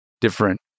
different